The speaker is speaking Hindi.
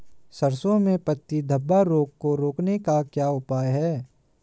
सरसों में पत्ती धब्बा रोग को रोकने का क्या उपाय है?